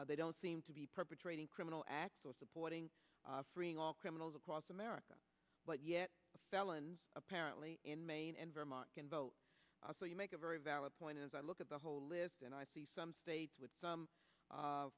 they don't seem to be perpetrating criminal acts or supporting freeing all criminals across america but yet felons apparently in maine and vermont can vote so you make a very valid point as i look at the whole list and i see some states with some